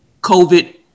COVID